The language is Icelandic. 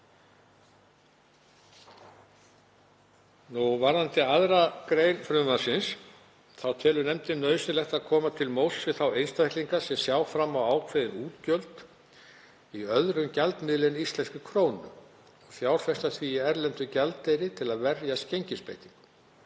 vegna gengishagnaðar telur nefndin nauðsynlegt að koma til móts við þá einstaklinga sem sjá fram á ákveðin útgjöld í öðrum gjaldmiðli en íslenskri krónu og fjárfesta því í erlendum gjaldeyri til að verjast gengisbreytingum.